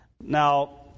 Now